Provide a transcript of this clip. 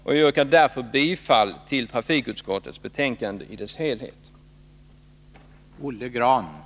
Jag yrkar därför bifall till utskottets hemställan i dess helhet i trafikutskottets betänkande.